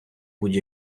будь